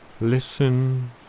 Listen